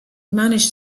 managed